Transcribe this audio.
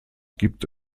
gibt